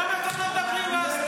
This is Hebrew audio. למה אתם לא מדברים אז?